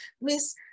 miss